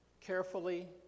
carefully